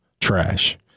trash